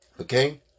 Okay